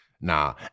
nah